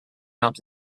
out